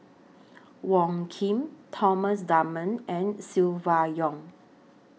Wong Keen Thomas Dunman and Silvia Yong